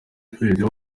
president